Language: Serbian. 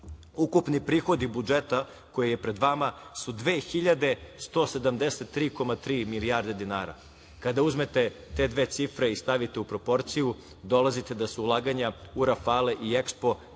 Ukupni prihodi budžeta koji je pred vama su 2.173,3 milijardi dinara. Kada uzmete te dve cifre i stavite u proporciju dolazite da su ulaganja u "Rafale" i